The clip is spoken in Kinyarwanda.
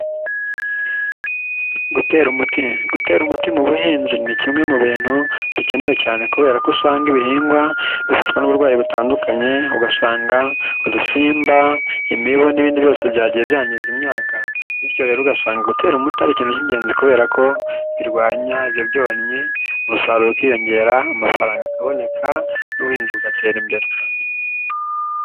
Gutera umuti, gutera umuti mu buhinzi ni kimwe mu bintu bikenewe cyane kubera ko usanga ibihingwa, bifatwa n'uburwayi butandukanye, ugasanga, udusimba, imibu n'ibindi byose byagiye byangiza imyaka bityo rero ugasanga gutera umutari ikintu cy'ingenzi kubera ko birwanya ibyo byonnyi, umusaruro ukiyongera, amafaranga akaboneka n'ubuhinzi bugatera imbere.